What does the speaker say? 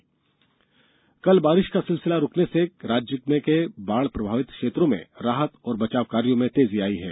बाढ़ स्थिति कल बारिश का सिलसिला रूकने से राज्य के बाढ़ प्रभावित क्षेत्रों में राहत और बचाव कार्यो में तेजी आई है